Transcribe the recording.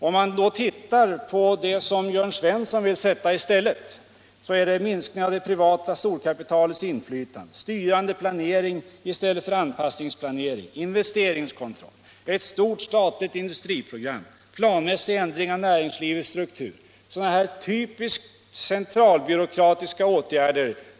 Om man då ser på vad Jörn Svensson vill sätta i stället finner man att det är minskning av det privata storkapitalets inflytande, styrande planering i stället för anpassningsplanering, investeringskontroll, ett stort statligt in dustriprogram och planmässig ändring av näringslivets struktur — typiskt centralbyråkratiska åtgärder.